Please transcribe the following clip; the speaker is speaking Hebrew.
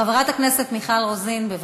חברת הכנסת מיכל רוזין, בבקשה,